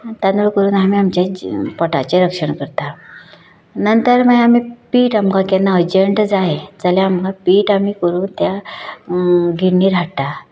तांदूळ करून आमी आमच्या पोटाचें रक्षण करता नंतर आमी मागीर पीट आमकां केन्ना अजंट जाय जाल्यार आमकां पीट आमी करून त्या गिण्णीर हाडटा